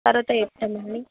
తర్వాత చెప్తాను అండి